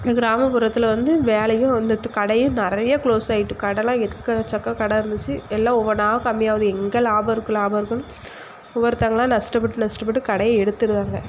இந்த கிராமப்புறத்தில் வந்து வேலையும் அந்தத்து கடையும் நிறைய க்ளோஸ் ஆயிட்டு கடைலாம் எக்க சக்க கடை இருந்துச்சு எல்லாம் ஒவ்வொன்னாக கம்மியாவது எங்கே லாபம் இருக்கு லாபம் இருக்குன்னு ஒவ்வொருத்தங்களாக நஷ்டப்பட்டு நஷ்டப்பட்டு கடையே எடுத்துடுறாங்க